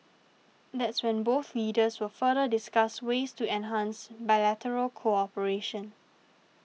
that's when both leaders will further discuss ways to enhance bilateral cooperation